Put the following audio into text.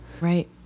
Right